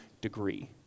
degree